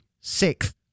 sixth